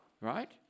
right